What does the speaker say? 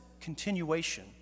continuation